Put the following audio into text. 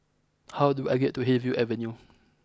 how do I get to Hillview Avenue